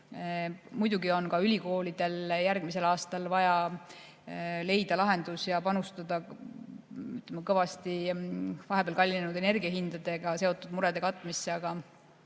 Muidugi on ka ülikoolidel järgmisel aastal vaja leida lahendus ja panustada kõvasti vahepeal kallinenud energiahindadega seotud murede [leevendamisse]. Aga